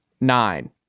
nine